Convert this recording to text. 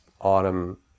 autumn